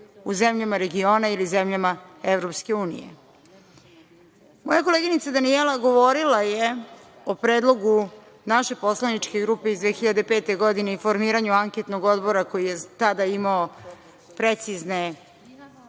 u zemljama regiona ili zemljama EU.Moja koleginica Danijela govorila je o predlogu naše poslaničke grupe iz 2005. godine i formiranju anketnog odbora koji je tada imao precizne